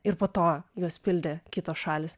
ir po to juos pildė kitos šalys